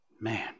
Man